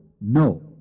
no